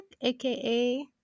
AKA